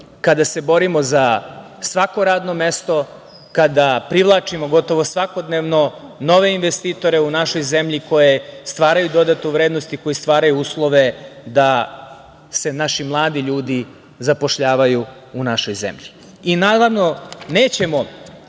kada se borimo za svako radno mesto, kada privlačimo gotovo svakodnevno nove investitore u našoj zemlji koje stvaraju dodatu vrednost i koji stvaraju uslove da se naši mladi ljudi zapošljavaju u našoj zemlji. Naravno, nećemo